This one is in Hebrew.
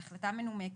בהחלטה מנומקת,